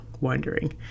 wondering